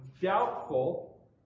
doubtful